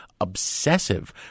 obsessive